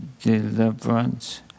deliverance